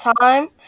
time